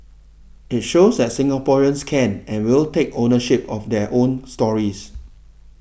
it shows that Singaporeans can and will take ownership of their own stories